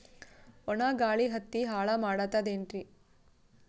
ಒಣಾ ಗಾಳಿ ಹತ್ತಿ ಹಾಳ ಮಾಡತದೇನ್ರಿ?